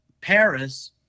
Paris